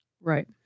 Right